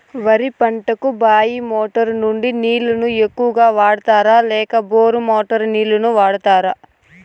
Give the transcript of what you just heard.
వరి పంటకు బాయి మోటారు నుండి నీళ్ళని ఎక్కువగా వాడుతారా లేక బోరు మోటారు నీళ్ళని వాడుతారా?